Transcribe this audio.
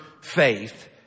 faith